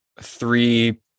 three